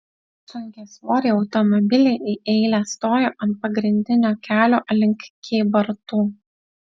sunkiasvoriai automobiliai į eilę stojo ant pagrindinio kelio link kybartų